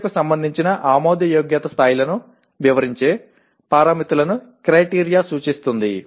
చర్య కి సంబంధించిన ఆమోదయోగ్యత స్థాయిలను వివరించే పారామితులను 'క్రైటీరియా' సూచిస్తుంది